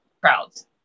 crowds